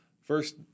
first